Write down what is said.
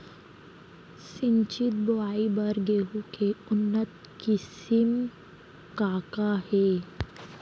सिंचित बोआई बर गेहूँ के उन्नत किसिम का का हे??